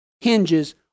hinges